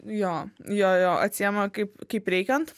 jo jo jo atsiema kaip kaip reikiant